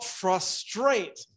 frustrate